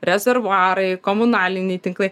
rezervuarai komunaliniai tinklai